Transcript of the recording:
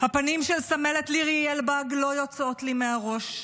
הפנים של סמלת לירי אלבג לא יוצאות לי מהראש.